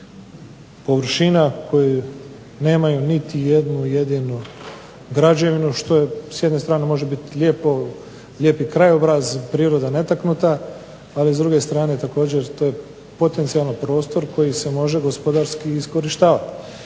površina koje nemaju niti jednu jedinu građevinu što s jedne strane može biti lijepi krajobraz, priroda netaknuta, ali s druge strane također to je potencijalno prostor koji se može gospodarski i iskorištavati.